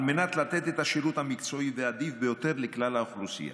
על מנת לתת את השירות המקצועי והאדיב ביותר לכלל האוכלוסייה.